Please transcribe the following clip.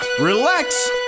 relax